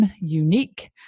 unique